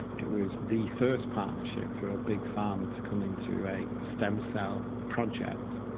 it was the first partnership for a big pharma to come into a stem cell project,